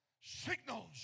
signals